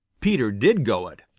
peter did go it.